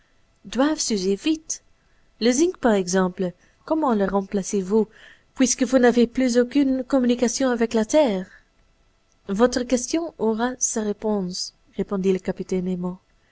doivent s'user vite le zinc par exemple comment le remplacez vous puisque vous n'avez plus aucune communication avec la terre votre question aura sa réponse répondit le capitaine nemo